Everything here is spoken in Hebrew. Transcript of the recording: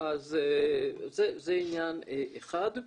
זה עניין אחד.